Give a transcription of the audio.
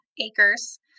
acres